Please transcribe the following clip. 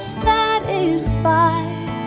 satisfied